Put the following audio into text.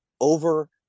over